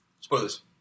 Spoilers